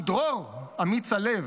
עמי דרור, אמיץ הלב,